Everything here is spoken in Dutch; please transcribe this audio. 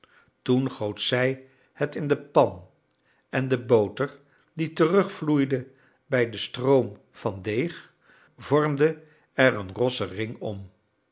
toen goot zij het in de pan en de boter die terugvloeide bij den stroom van deeg vormde er een rossen kring om